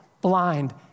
blind